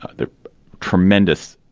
they're tremendous.